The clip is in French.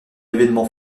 événement